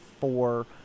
four